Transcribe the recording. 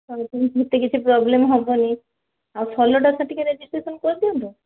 ଆଉ ପୁଣି ସେତେ କିଛି ପ୍ରୋବ୍ଲେମ୍ ହେବନି ଆଉ ସୋଲୋଟା ସାର୍ ଟିକେ ରେଜିଷ୍ଟେସନ୍ କରି ଦିଅନ୍ତୁ